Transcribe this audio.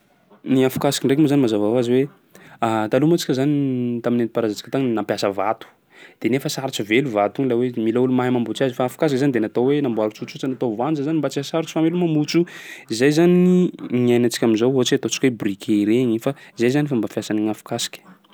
Ny afokasika ndraiky moa zany mazava hoazy hoe taloha moa tsika zany tam'nentim-paharazantsika tagny nampiasa vato de nefa sarotsy velo vato igny laha hoe mila olo mahay mamboatsy azy fa afokasika zany de natao hoe namboary tsotsotra natao vanja zany mba tsy hahasarotsy fameloma motro io. Zay zany gny ny iainantsika am'zao ohatsy hoe ataontsika hoe briquet regny fa zay zany fomba fiasan'gny afokasika.